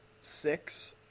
six